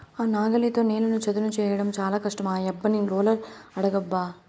ఆ నాగలితో నేలను చదును చేయడం చాలా కష్టం ఆ యబ్బని రోలర్ అడుగబ్బా